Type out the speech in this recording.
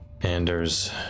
Anders